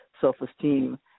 self-esteem